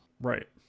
right